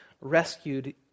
rescued